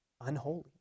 unholy